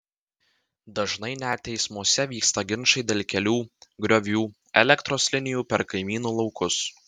dažnai net teismuose vyksta ginčai dėl kelių griovių elektros linijų per kaimynų laukus